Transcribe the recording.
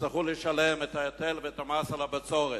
יצטרכו לשלם את ההיטל ואת המס על הבצורת.